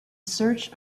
search